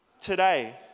today